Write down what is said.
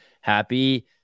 happy